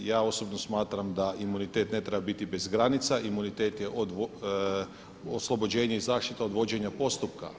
Ja osobno smatram da imunitet ne treba biti bez granica, imunitet je oslobođenje i zaštita od vođenja postupka.